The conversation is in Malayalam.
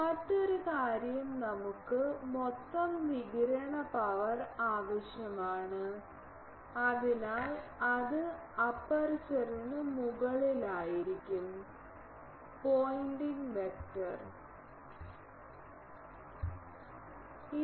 മറ്റൊരു കാര്യം നമുക്ക് മൊത്തം വികിരണ പവർ ആവശ്യമാണ് അതിനാൽ അത് അപ്പർച്ചറിനു മുകളിലായിരിക്കും പോയിന്റിംഗ് വെക്റ്റർ dA ലേക്ക്